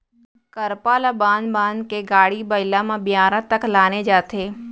करपा ल बांध बांध के गाड़ी बइला म बियारा तक लाने जाथे